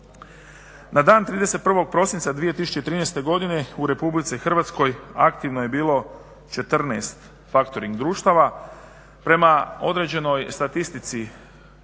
Na dan 31.prosinca 2013. godine u RH aktivno je bilo 14 factoring društava prema određenoj statistici